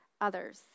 others